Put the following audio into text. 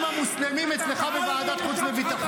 אתה החזקת יועצת שהיא מהאחים המוסלמים אצלך בוועדת החוץ והביטחון.